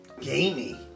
gamey